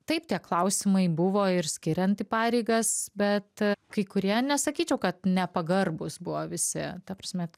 taip tie klausimai buvo ir skiriant pareigas bet kai kurie nesakyčiau kad nepagarbūs buvo visi ta prasme